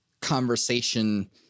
conversation